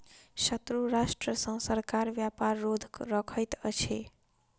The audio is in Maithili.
शत्रु राष्ट्र सॅ सरकार व्यापार रोध रखैत अछि